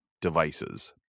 devices